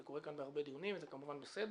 זה קורה כאן בהרבה דיונים וזה, כמובן, בסדר.